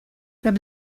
from